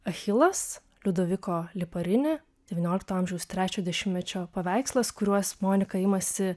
achilas liudoviko liparini devyniolikto amžiaus trečio dešimtmečio paveikslas kuriuos monika imasi